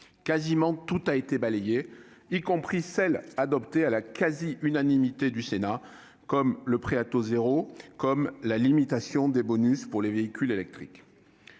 Quasiment tout a été balayé, y compris les mesures adoptées à la quasi-unanimité du Sénat, comme le prêt à taux zéro ou la limitation des bonus pour les véhicules électriques.